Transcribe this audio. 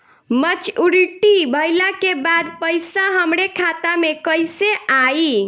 Maturity भईला के बाद पईसा हमरे खाता में कइसे आई?